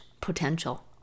potential